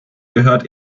gehört